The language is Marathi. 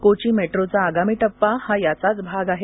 कोची मेट्रोचा आगामी टप्पा हा याचाच भाग आहे